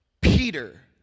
Peter